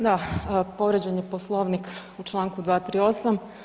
Da, povrijeđen je Poslovnik u čl. 238.